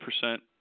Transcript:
percent